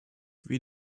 wie